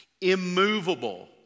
immovable